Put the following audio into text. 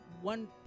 one